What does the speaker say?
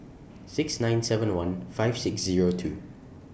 six nine seven one five six Zero two